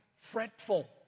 Fretful